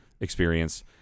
experience